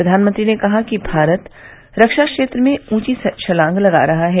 प्रधानमंत्री ने कहा कि भारत रक्षा क्षेत्र में ऊंची छलांग लगा रहा है